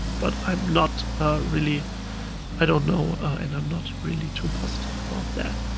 but i'm not really i don't know, and i'm not really too positive about that.